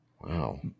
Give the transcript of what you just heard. Wow